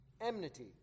enmity